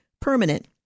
permanent